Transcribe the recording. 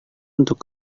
untuk